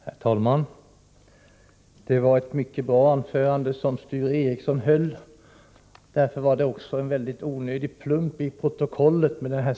Herr talman! Sture Ericson höll ett mycket bra anförande. Därför var det sista påpekandet om vpk:s enögdhet en väldigt onödig plump i protokollet.